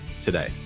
today